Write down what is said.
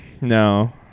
No